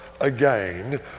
again